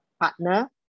partner